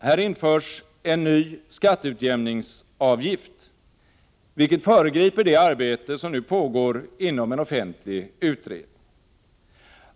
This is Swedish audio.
Här införs en ny skatteutjämningsavgift, vilket föregriper det arbete som nu pågår inom en offentlig utredning.